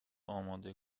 اماده